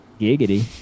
Giggity